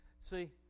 see